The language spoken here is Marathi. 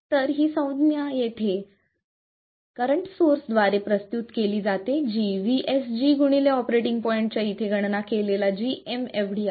तर ही संज्ञा येथे करंट सोर्स द्वारे प्रस्तुत केली जाते जी vSG गुणिले ऑपरेटिंग पॉईंट च्या इथे गणना केलेला gm एवढी आहे